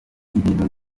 ibintu